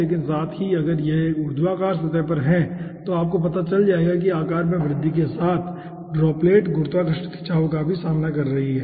लेकिन साथ ही अगर यह एक ऊर्ध्वाधर सतह पर है तो आपको पता चल जाएगा कि आकार में वृद्धि के साथ ड्रॉपलेट गुरुत्वाकर्षण खिंचाव का भी सामना कर रही है